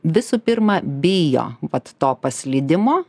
visų pirma bijo vat to paslydimo